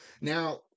now